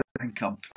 income